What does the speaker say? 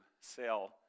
sell